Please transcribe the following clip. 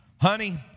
Honey